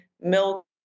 milk